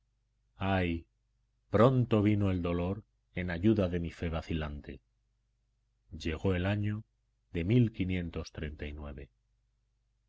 ay pronto vino el dolor en ayuda de mi fe vacilante llegó el año de